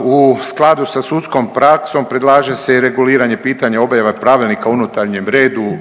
U skladu sa sudskom praksom predlaže se i reguliranje pitanja objave pravilnika o unutarnjem redu